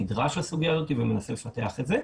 נדרש לסוגיה הזאת ומנסה לפתח את זה.